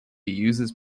uses